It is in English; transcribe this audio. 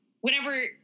whenever